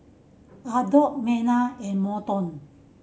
Adolf Mena and Morton